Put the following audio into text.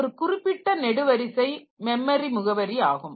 இந்த குறிப்பிட்ட நெடுவரிசை மெமரி முகவரி ஆகும்